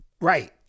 Right